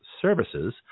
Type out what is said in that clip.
services